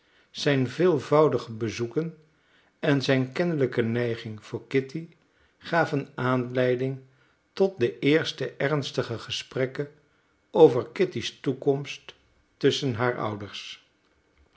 zijn veelvoudige bezoeken en zijn kennelijke neiging voor kitty gaven aanleiding tot de eerste ernstige gesprekken over kitty's toekomst tusschen haar ouders